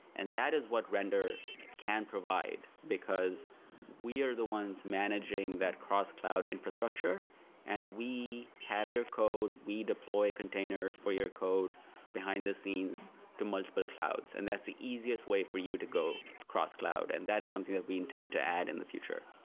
and that is what render can provide, because we are the ones managing that cross cloud infrastructure and we have your code, we deploy containers for your code behind the scenes to multiple clouds. and that's the easiest way for you to go cross-cloud. and that is something that we intend to add in the future